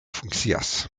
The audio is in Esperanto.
funkcias